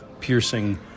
piercing